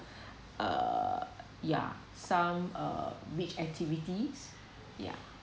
uh yeah some uh rich activities yeah